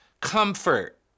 comfort